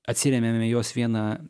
atsirėmėme į jos vieną